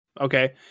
okay